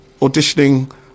auditioning